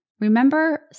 Remember